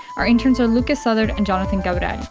our interns are lukas southard and jonathan gaudani.